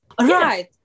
right